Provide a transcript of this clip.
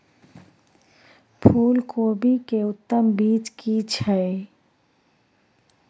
फूलकोबी के उत्तम बीज की छै?